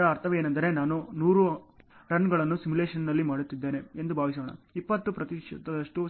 ಅದರ ಅರ್ಥವೇನೆಂದರೆ ನಾನು 100 ರನ್ಗಳನ್ನು ಸಿಮ್ಯುಲೇಶನ್ನಲ್ಲಿ ಮಾಡುತ್ತಿದ್ದೇನೆ ಎಂದು ಭಾವಿಸೋಣ 20 ಪ್ರತಿಶತದಷ್ಟು